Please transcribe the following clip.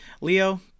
Leo